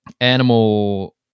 Animal